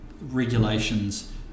regulations